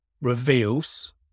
reveals